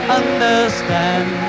understand